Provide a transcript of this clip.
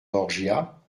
borgia